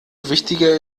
wichtiger